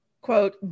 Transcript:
quote